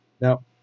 Now